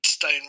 stone